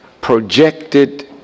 projected